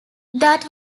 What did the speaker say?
that